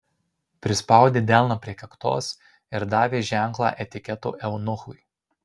prispaudė delną prie kaktos ir davė ženklą etiketo eunuchui